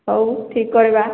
ହଉ ଠିକ୍ କରିବା